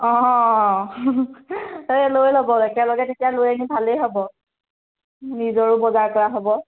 অ' লৈ ল'ব একেলগে তেতিয়া লৈ আনি ভালেই হ'ব নিজৰো বজাৰ কৰা হ'ব